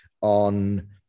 on